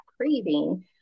craving